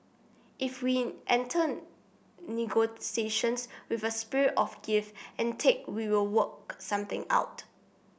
if we enter negotiations with a spirit of give and take we will work something out